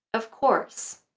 of course!